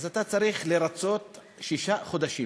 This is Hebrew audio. אתה צריך לרצות שישה חודשים.